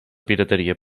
pirateria